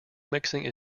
mixing